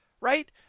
right